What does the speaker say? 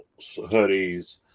hoodies